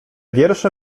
wiersze